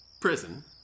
prison